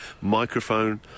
microphone